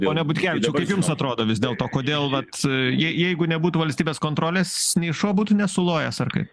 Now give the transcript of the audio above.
pone butkevičiau kaip jums atrodo vis dėlto kodėl vat jei jeigu nebūtų valstybės kontrolės nei šuo būtų nesulojęs ar kaip